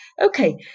Okay